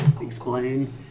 explain